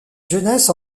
jeunesse